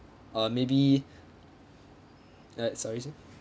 uh maybe uh sorry sir